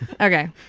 Okay